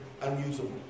unusable